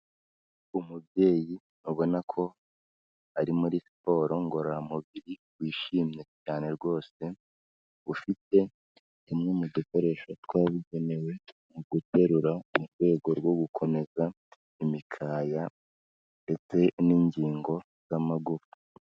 Umubyeyi ntubona ko ari muri siporo ngororamubiri wishimye cyane rwose, ufitemwe mu dukoresho twabigenewe mu guterura mu rwego rwo gukomeza imikaya ndetse n'ingingo z'amagufa.